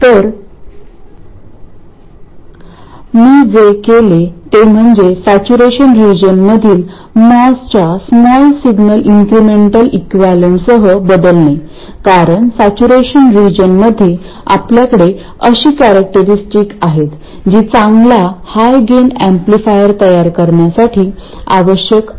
तर मी जे केले ते म्हणजे सॅचूरेशन रिजनमधील मॉसच्या स्मॉल सिग्नल इन्क्रिमेंटल इक्विवलेंटसह बदलणे कारण सॅचूरेशन रिजनमध्ये आपल्याकडे अशी कॅरेक्टरस्टिक आहेत जी चांगला हाय गेन ऍम्प्लिफायर तयार करण्यासाठी आवश्यक आहेत